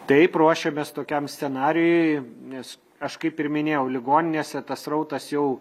taip ruošiamės tokiam scenarijui nes aš kaip ir minėjau ligoninėse tas srautas jau